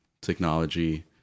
technology